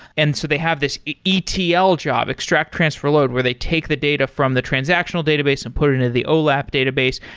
and so they have this etl job, extract transfer load, where they take the data from the transactional database and put it into the olap database.